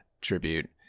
tribute